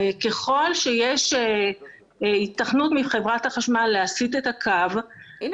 אם יש היתכנות מחברת החשמל להסיט את הקו -- הנה,